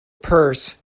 purse